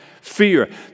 fear